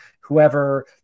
whoever